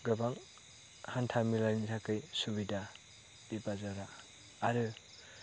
गोबां हान्थामेलानि थाखाय सुबिदा बे बाजारा आरो